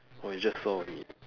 oh you just saw only ah